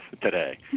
today